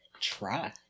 try